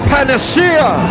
Panacea